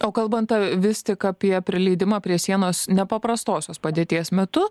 o kalbant vis tik apie prileidimą prie sienos nepaprastosios padėties metu